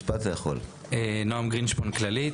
כללית.